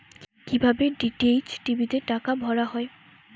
কি ভাবে DTH TV তে টাকা ভরা হয়?